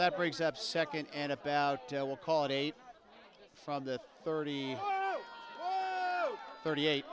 that brings up second and about we'll call it eight from the thirty thirty eight